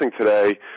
today